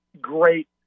great –